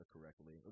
correctly